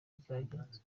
byagenze